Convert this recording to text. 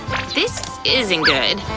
this isn't good,